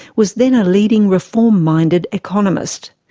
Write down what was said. was then a leading reform-minded economist.